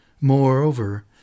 Moreover